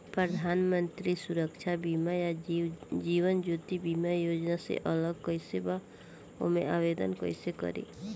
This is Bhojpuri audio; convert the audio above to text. प्रधानमंत्री सुरक्षा बीमा आ जीवन ज्योति बीमा योजना से अलग कईसे बा ओमे आवदेन कईसे करी?